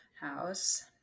house